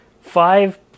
five